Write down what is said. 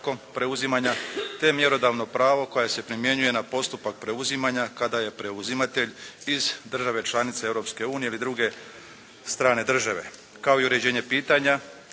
preuzimanja te mjerodavno pravo koje se primjenjuje na postupak preuzimanja kada je preuzimatelj iz države članice Europske unije ili druge strane države kao i uređenje pitanja